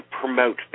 promote